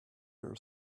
her